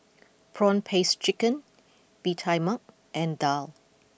Prawn Paste Chicken Bee Tai Mak and Daal